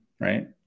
right